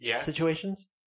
situations